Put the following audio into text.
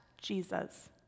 Jesus